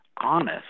honest